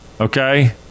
Okay